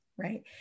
Right